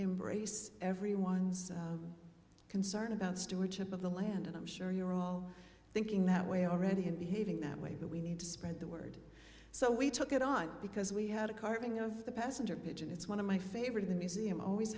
embrace everyone's concern about stewardship of the land and i'm sure you're all thinking that way already in behaving that way but we need to spread the word so we took it on because we had a carving of the passenger pigeon it's one of my favorite in the museum always